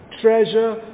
treasure